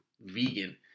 vegan